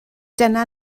dyna